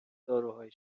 داروهای